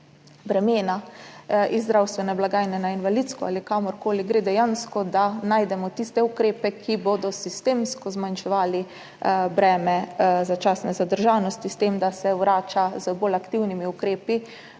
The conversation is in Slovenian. bremena iz zdravstvene blagajne na invalidsko ali kamorkoli gre, da dejansko najdemo tiste ukrepe, ki bodo sistemsko zmanjševali breme začasne zadržanosti, s tem, da se vrača z bolj aktivnimi ukrepi,